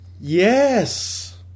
Yes